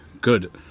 good